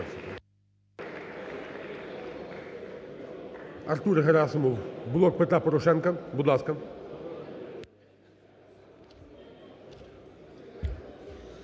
Дякую.